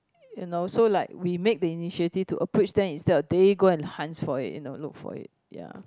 you know so like we make the initiative to approach them instead of they go and hunt for it look for it ya